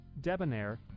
Debonair